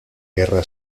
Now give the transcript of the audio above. guerra